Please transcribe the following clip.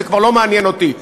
זה כבר לא מעניין אותי.